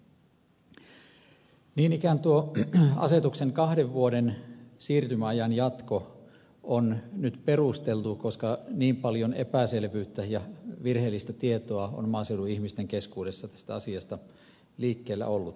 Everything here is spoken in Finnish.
niin ikään tuo asetuksen kahden vuoden siirtymäajan jatko on nyt perusteltu koska niin paljon epäselvyyttä ja virheellistä tietoa on maaseudun ihmisten keskuudessa tästä asiasta liikkeellä ollut